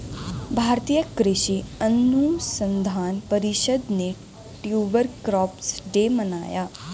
भारतीय कृषि अनुसंधान परिषद ने ट्यूबर क्रॉप्स डे मनाया